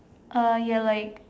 uh ya like